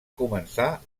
començar